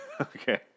Okay